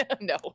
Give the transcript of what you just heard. No